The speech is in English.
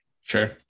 Sure